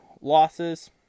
losses